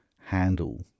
handle